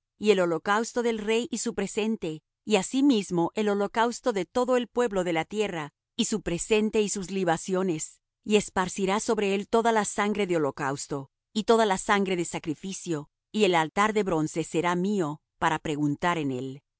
y el holocausto del rey y su presente y asimismo el holocausto de todo el pueblo de la tierra y su presente y sus libaciones y esparcirás sobre él toda la sangre de holocausto y toda la sangre de sacrificio y el altar de bronce será mío para preguntar en él